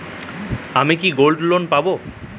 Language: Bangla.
আমি কি গোল্ড লোন পাবো?